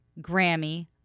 Grammy